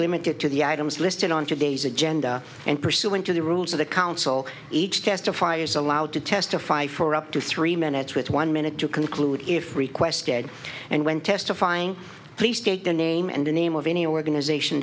get to the items listed on today's agenda and pursuant to the rules of the counsel each testify is allowed to testify for up to three minutes with one minute to conclude if requested and when testifying please take the name and the name of any organization